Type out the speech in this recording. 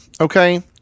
okay